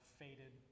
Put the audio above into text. faded